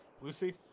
Lucy